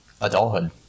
adulthood